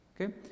Okay